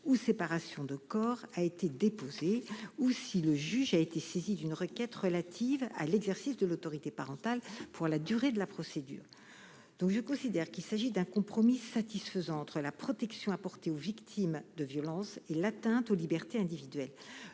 ou séparation de corps a été déposée, ou si le juge a été saisi d'une requête relative à l'exercice de l'autorité parentale pour la durée de la procédure. Je considère qu'il s'agit d'un compromis satisfaisant entre la protection apportée aux victimes de violences et l'atteinte aux libertés individuelles.